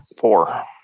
Four